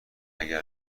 اگه